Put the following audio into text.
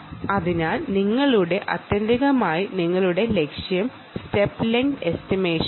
അതിനാൽ ആത്യന്തികമായി നിങ്ങളുടെ ലക്ഷ്യം സ്റ്റെപ്പ് ലെങ്ത് എസ്റ്റിമേറ്റ് ചെയ്യുക എന്നതാണ്